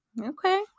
okay